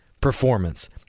performance